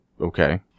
Okay